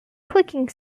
clicking